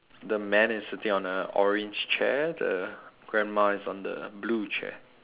the man is sitting on a orange chair the grandma is on the blue chair